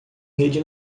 rede